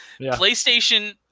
PlayStation